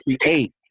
create